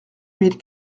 mille